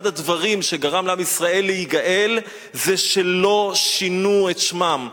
אחד הדברים שגרם לעם ישראל להיגאל זה שלא שינו את שמם.